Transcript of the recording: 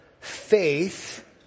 faith